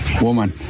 Woman